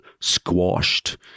squashed